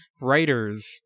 writers